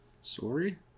Sorry